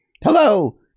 Hello